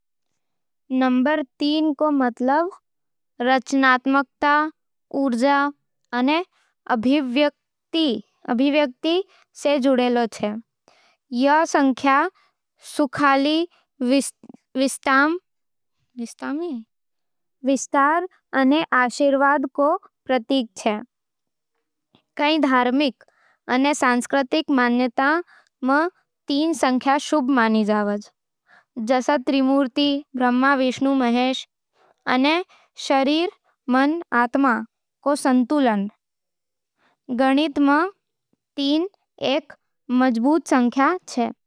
नंबर तीन रो मतलब रचनात्मकता, ऊर्जा अने अभिव्यक्ति सै जोड़ा जावे। ई संख्या खुशहाली, विस्तार अने आशावाद रो प्रतीक होवे। कई धार्मिक अने सांस्कृतिक मान्यतावां में तीन संख्या शुभ मानी जावे, जैसै त्रिमूर्ति ब्रह्मा, विष्णु, महेश अने शरीर-मन-आत्मा रो संतुलन। गणित में भी तीन एक मजबूत संख्या होवे, जैंसे त्रिकोण रो स्थायित्व। कला, संगीत अने साहित्य में तीन संख्या नवाचार अने सृजनशीलता रो संकेत देवै।